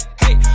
hey